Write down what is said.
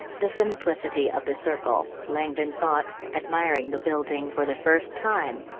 the simplicity of the circle, langdon thought, admiring the building for the first time.